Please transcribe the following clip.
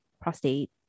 prostate